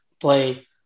play